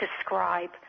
describe